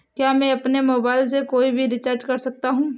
क्या मैं अपने मोबाइल से कोई भी रिचार्ज कर सकता हूँ?